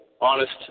honest